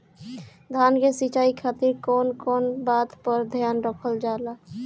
धान के सिंचाई खातिर कवन कवन बात पर ध्यान रखल जा ला?